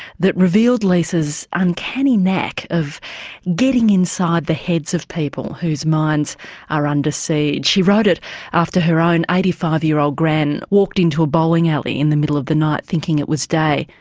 that revealed lisa's uncanny knack of getting inside the heads of people whose minds are under siege. she wrote it after her own eighty five year old gran walked in to a bowling alley in the middle of the night thinking it was day,